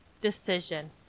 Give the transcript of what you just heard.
decision